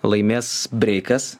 laimės breikas